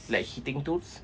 like hitting tools